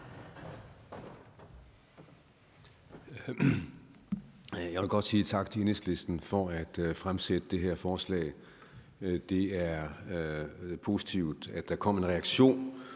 Jeg vil godt sige tak til Enhedslisten for at fremsætte det her forslag. Det er positivt, at der kom en reaktion